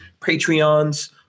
Patreons